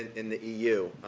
in the eu,